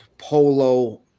Polo